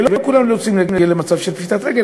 ולא כולם רוצים להגיע למצב של פשיטת רגל,